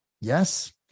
Yes